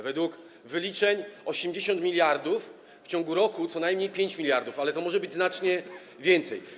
Według wyliczeń to 80 mld, w ciągu roku to co najmniej 5 mld, ale może być znacznie więcej.